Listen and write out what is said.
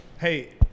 Hey